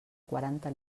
quaranta